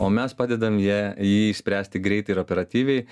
o mes padedam ją jį išspręsti greitai ir operatyviai